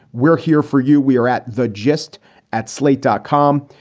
we're here for you. we are at the gist at slate dot com.